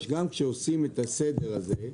שגם כשעושים את הסדר הזה,